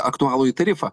aktualųjį tarifą